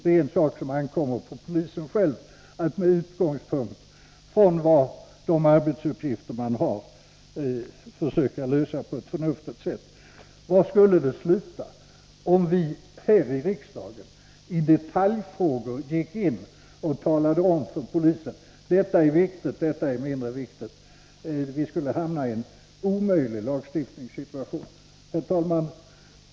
Det ankommer på polisen själv att med utgångspunkt i de arbetsuppgifter som den har försöka lösa frågan på ett förnuftigt sätt. Var skulle det sluta om vi här i riksdagen i detaljfrågor gick in och talade om för polisen vad som är viktigt och mindre viktigt? Då skulle vi hamna i en omöjlig lagstiftningssituation. Herr talman!